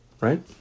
right